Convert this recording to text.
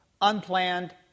unplanned